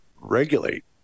regulate